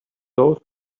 those